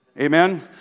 Amen